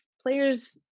players